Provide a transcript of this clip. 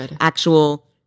actual